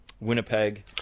Winnipeg